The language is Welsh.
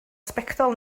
sbectol